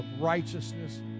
righteousness